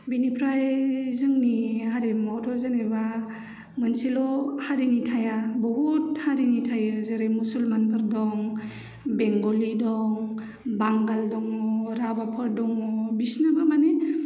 बिनिफ्राय जोंनि हारिमुवाथ' जेनेबा मोनसेल' हारिनि थाया बहुत हारिनि थायो जेरै मुसुलमानफोर दं बेंगलि दं बांगाल दङ राभाफोर दङ बिसिनाबो माने